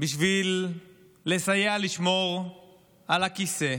בשביל לסייע לשמור על הכיסא.